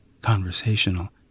conversational